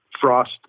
frost